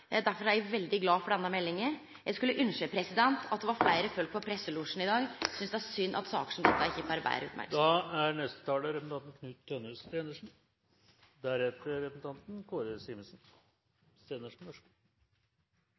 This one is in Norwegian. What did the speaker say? Derfor er eg veldig glad for denne meldinga. Eg skulle ynske det var fleire folk i presselosjen i dag. Eg synest det er synd at saker som denne ikkje